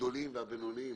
הגדולים והבינוניים,